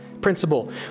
principle